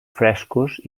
frescos